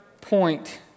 point